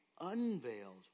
unveiled